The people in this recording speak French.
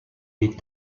des